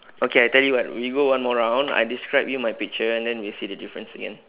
okay I tell you what we go one more round I describe you my picture and then we see the difference again